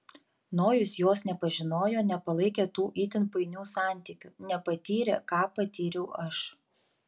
nojus jos nepažinojo nepalaikė tų itin painių santykių nepatyrė ką patyriau aš